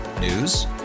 News